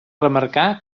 remarcar